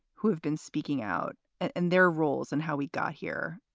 who have been speaking out and their roles and how we got here.